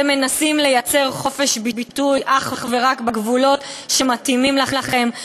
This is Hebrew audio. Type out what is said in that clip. אתם מנסים לייצר חופש ביטוי אך ורק בגבולות שמתאימים לכם,